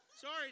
Sorry